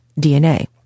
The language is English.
DNA